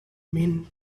men